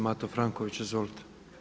Mato Franković, izvolite.